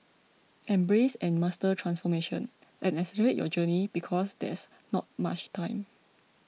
embrace and master transformation and accelerate your journey because there's not much time